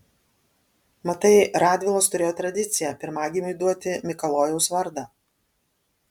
matai radvilos turėjo tradiciją pirmagimiui duoti mikalojaus vardą